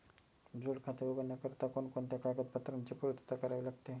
जोड खाते उघडण्याकरिता कोणकोणत्या कागदपत्रांची पूर्तता करावी लागते?